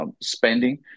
spending